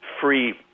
free